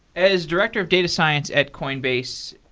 as director of data science at coinbase,